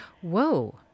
Whoa